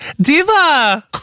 Diva